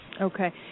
Okay